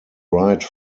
ride